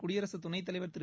குடியரகத் துணைத் தலைவர் திரு